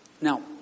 Now